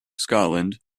scotland